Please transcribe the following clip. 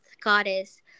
goddess